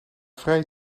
vrije